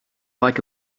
like